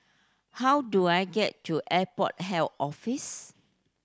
how do I get to Airport Health Office